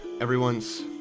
Everyone's